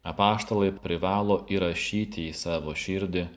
apaštalai privalo įrašyti į savo širdį